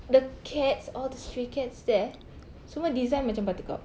the cats all the stray cats there semua design macam buttercup